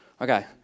Okay